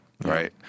right